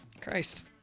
Christ